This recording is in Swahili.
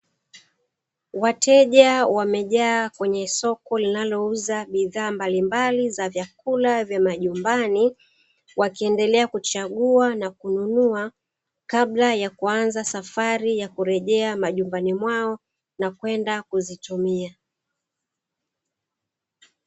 Wateja wamejaa kwenye soko linalouza bidhaa mbalimbali za vyakula vya majumbani. Wakiendelea kuchagua na kununua, kabla ya kuanza safari ya kurejea majumbani mwao na kwenda kuzitumia.